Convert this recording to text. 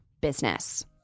business